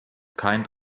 kind